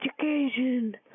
Education